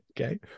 Okay